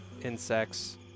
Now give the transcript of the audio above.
insects